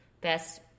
best